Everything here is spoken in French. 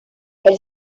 elle